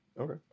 Okay